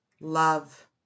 love